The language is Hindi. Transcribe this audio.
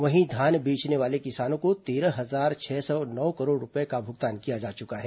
वहीं धान बेचने वाले किसानों को तेरह हजार छह सौ नौ करोड़ रूपए का भुगतान किया जा चुका है